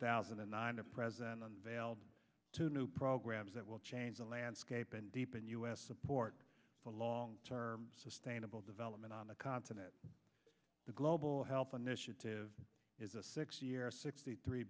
thousand and nine and president unveiled two new programs that will change the landscape and deepen u s support for long term sustainable development on the continent the global health initiative is a six year sixty three